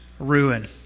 Ruin